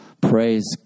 Praise